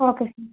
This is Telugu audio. okay sir